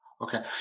Okay